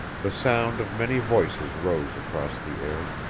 the sound of many voices rose across the air.